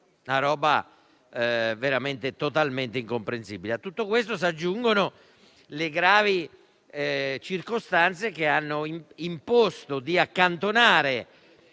anni: davvero del tutto incomprensibile! A tutto questo si aggiungono le gravi circostanze che hanno imposto di accantonare